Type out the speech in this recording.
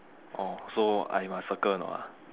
oh so I must circle or not ah